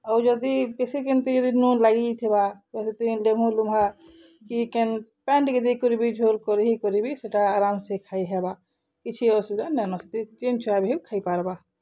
ଆଉ ଯଦି ବେଶୀ କେନ୍ତି ଯଦି ନୁନ୍ ଲାଗିଯାଇଥିବା ସେ ଲେମ୍ବୁ ଲୁମ୍ବା କି କେନ୍ ପାଏନ୍ ଟିକେ ଦେଇକରିବି ଝୋଲ୍ କରି କରିବି ସେଟା ଆରାମ୍ସେ ଖାଇହେବା କିଛି ଅସୁବିଧା ନାଇନ ସେଥି ଯେନ୍ ଛୁଆ ବି ହଉ ଖାଇପାରବା